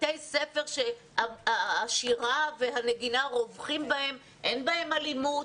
בתי ספר שהשירה והנגינה רווחים בהם אין בהם אלימות,